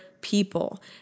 people